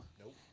Nope